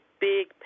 big